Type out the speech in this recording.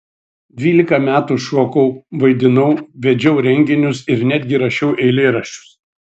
dvylika metų šokau vaidinau vedžiau renginius ir netgi rašiau eilėraščius